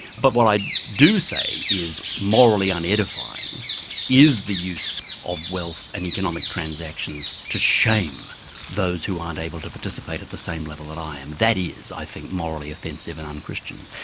but what i do say is morally unedifying is the use of wealth and economic transactions to shame those who aren't able to participate at the same level that i am. that is i think, morally offensive and un-christian.